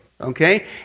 Okay